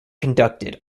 conducted